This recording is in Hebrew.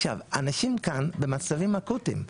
עכשיו, אנשים כאן במצבים אקוטיים,